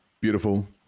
Beautiful